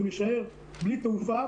ונישאר בלי תעופה,